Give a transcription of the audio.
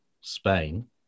Spain